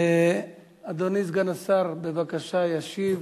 אדוני סגן השר, בבקשה ישיב,